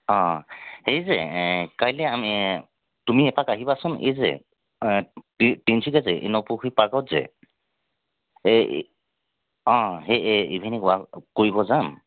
অ এই যে কাইলৈ আমি তুমি এপাক আহিবাচোন এই যে তিনিচুকীয়া যে নপুখুৰী পাৰ্কত যে এই অ সেই ইভিনিং ৱাক কৰিব যাম